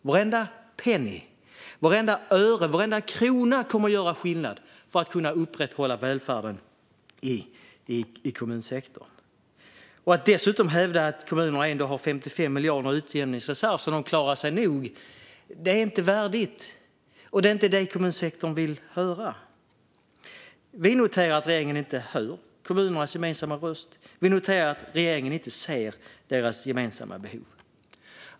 Varenda penny, vartenda öre och varenda krona kommer att göra skillnad för att upprätthålla välfärden i kommunsektorn. Att dessutom hävda att kommunerna ändå har tillgång till 55 miljarder i utjämningsreserv, så de klarar sig nog, är inte värdigt. Det är inte vad kommunsektorn vill höra. Vi noterar att regeringen inte hör kommunernas gemensamma röst, och vi noterar att regeringen inte ser deras gemensamma behov.